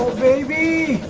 maybe